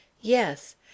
yes